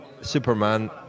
Superman